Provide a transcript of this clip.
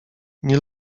nie